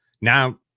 now